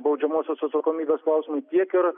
baudžiamosios atsakomybės klausimai tiek ir